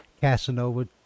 Casanova